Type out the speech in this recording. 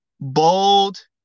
Bold